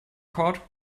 caught